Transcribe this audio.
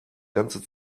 ganze